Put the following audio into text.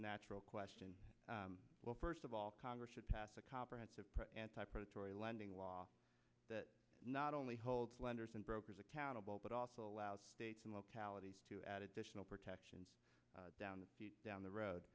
natural question well first of all congress should pass a comprehensive anti predatory lending law that not only holds lenders and brokers accountable but also allows states and localities to add additional protections down the down the road